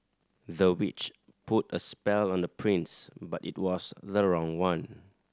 the witch put a spell on the prince but it was the wrong one